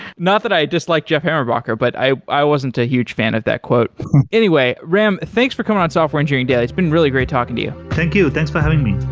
not that i dislike jeff hammerbacher, but i i wasn't a huge fan of that quote anyway, ram thanks for coming on software engineering daily. it's been really great talking to you thank you. thanks for having me